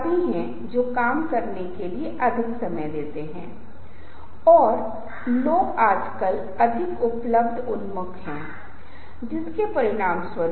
दर्शकों के व्यक्तित्व लक्षण क्योंकि विभिन्न प्रकार के लोगों में विभिन्न प्रकार के सांस्कृतिक आयाम होते हैं वे विभिन्न पृष्ठभूमि से आते हैं वे अलग अलग से उन्मुख होते हैं जिनके बारे में हम पहले ही बात कर चुके हैं